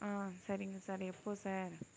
ஆ சரிங்க சார் எப்போ சார்